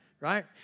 Right